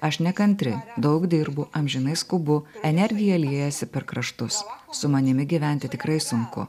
aš nekantri daug dirbu amžinai skubu energija liejasi per kraštus su manimi gyventi tikrai sunku